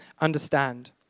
understand